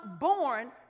born